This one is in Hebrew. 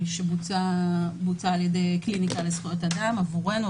שבוצע על ידי קליניקה לזכויות אדם עבורנו,